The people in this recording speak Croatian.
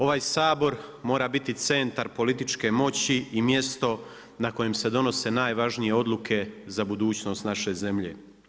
Ovaj Sabor mora biti centar političke moći i mjesto na kojem se donose najvažnije odluke za budućnost naše zemlje.